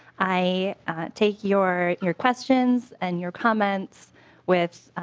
i take your your questions and your comments with